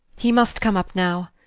he must come up now.